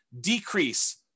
decrease